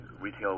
retail